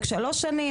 חלק שלוש שנים,